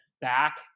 back